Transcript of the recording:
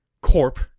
Corp